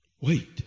Wait